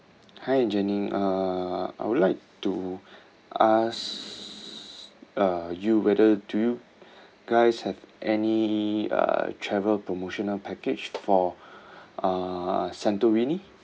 hi janice uh I would like to ask uh you whether do you guys have any uh travel promotional package for uh santorini